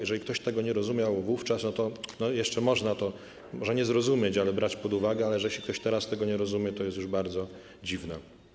Jeżeli ktoś tego nie rozumiał wówczas, to jeszcze można zrozumieć, może nie zrozumieć, ale brać pod uwagę, ale jeżeli ktoś teraz tego nie rozumie, to jest już bardzo dziwne.